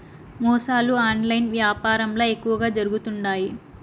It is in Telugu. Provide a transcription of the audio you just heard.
మోసాలు ఆన్లైన్ యాపారంల ఎక్కువగా జరుగుతుండాయి